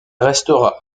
restera